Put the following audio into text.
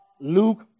Luke